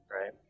Right